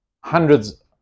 hundreds